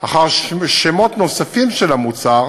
אחר שמות נוספים של המוצר